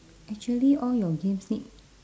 actually all your games need